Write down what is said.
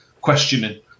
questioning